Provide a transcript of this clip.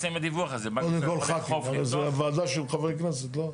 קודם כל ח"כים, הרי זה ועדה של חברי כנסת, לא?